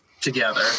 together